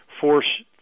force